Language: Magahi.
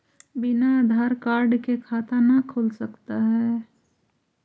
बिना आधार कार्ड के खाता न खुल सकता है?